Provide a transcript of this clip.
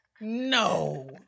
No